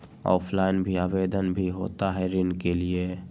Offline भी आवेदन भी होता है ऋण के लिए?